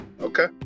Okay